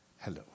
Hello